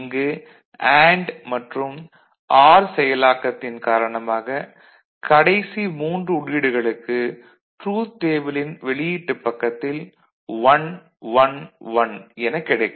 இங்கு அண்டு மற்றும் ஆர் செயலாக்கத்தின் காரணமாக கடைசி மூன்று உள்ளீடுகளுக்கு ட்ரூத் டேபிளின் வெளியீட்டுப் பக்கத்தில் 1 1 1 எனக் கிடைக்கும்